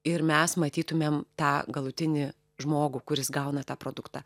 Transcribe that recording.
ir mes matytumėm tą galutinį žmogų kuris gauna tą produktą